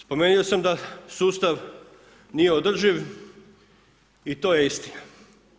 Spomenuo sam da sustav nije održiv i to je istina,